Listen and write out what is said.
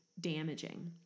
damaging